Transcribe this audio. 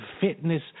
fitness